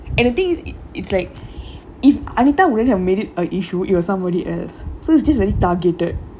and the thing is it's like if anita wouldn't have made it a issue it was somebody else so it's just very targeted